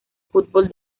fútbol